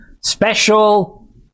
special